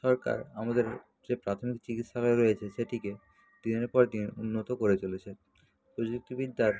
সরকার আমাদের যে প্রাথমিক চিকিৎসালয় রয়েছে সেটিকে দিনের পর দিন উন্নত করে চলেছে প্রযুক্তি বিদ্যার